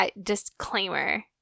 Disclaimer